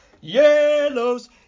yellows